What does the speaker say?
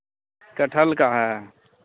कटहल का है